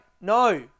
No